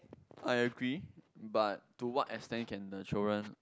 I agree but to what extent can the children